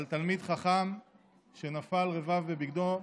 על תלמיד חכם שנפל רבב בבגדו.